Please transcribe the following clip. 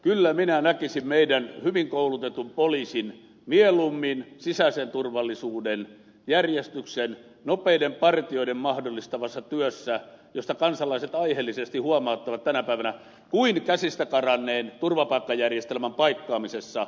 kyllä minä näkisin meidän hyvin koulutetut poliisimme mieluummin nopeiden partioiden mahdollistamassa sisäisen turvallisuuden ja järjestyksen työssä josta kansalaiset aiheellisesti huomauttavat tänä päivänä kuin käsistä karanneen turvapaikkajärjestelmän paikkaamisessa